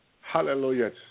Hallelujah